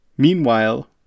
Meanwhile